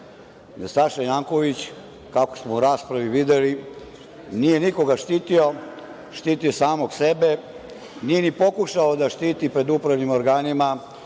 jer Saša Janković, kako smo u raspravi videli, nije nikoga štitio, štiti samog sebe. Nije ni pokušao da štiti pred upravnim organima